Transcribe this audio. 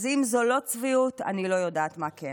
אז אם זו לא צביעות, אני לא יודעת מה כן.